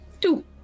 Two